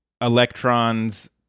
electrons